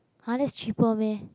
!huh! that's cheaper meh